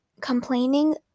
complaining